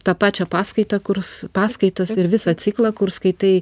tą pačią paskaitą kurs paskaitas ir visą ciklą kur skaitai